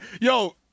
Yo